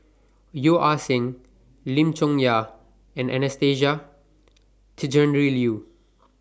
Yeo Ah Seng Lim Chong Yah and Anastasia Tjendri Liew